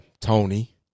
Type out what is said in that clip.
Tony